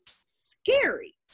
scary